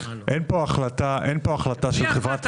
אין פה החלטה של חברת